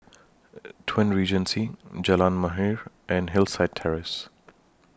Twin Regency Jalan Mahir and Hillside Terrace